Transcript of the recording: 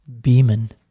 Beeman